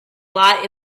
lights